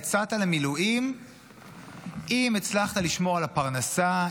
יצאת למילואים אם הצלחת לשמור על הפרנסה,